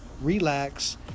relax